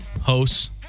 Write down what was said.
hosts